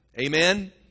Amen